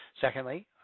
Secondly